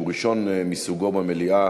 שהוא ראשון מסוגו במליאה,